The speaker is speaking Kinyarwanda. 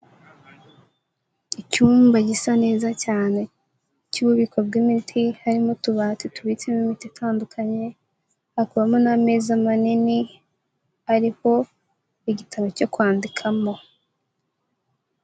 Icyumba gisa neza cyane cy'ububiko bw'imiti, harimo utubati tubitsemo imiti itandukanye, hakabamo n'ameza manini, ariho igitabo cyo kwandikamo.